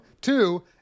Two